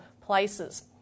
places